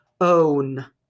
own